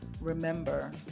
remember